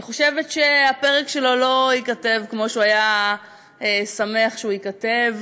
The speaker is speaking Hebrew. אני חושבת שהפרק שלו לא ייכתב כמו שהוא היה שמח שהוא ייכתב.